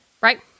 right